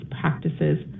practices